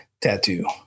tattoo